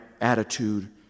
attitude